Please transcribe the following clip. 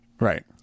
Right